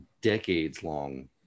decades-long